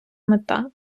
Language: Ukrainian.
мета